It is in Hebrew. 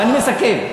ואני מסכם: